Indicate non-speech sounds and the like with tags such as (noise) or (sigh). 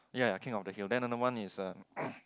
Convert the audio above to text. ya king of the hill then another one is um (noise)